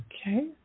Okay